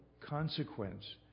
consequence